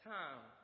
time